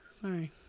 sorry